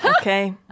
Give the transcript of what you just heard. okay